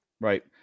Right